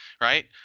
right